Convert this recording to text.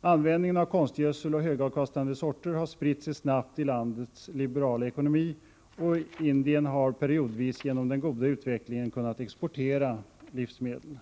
Användningen av konstgödsel och högavkastande sorter har spritt sig snabbt i landets liberala ekonomi, och Indien har periodvis genom den goda utvecklingen kunnat exportera livsmedel.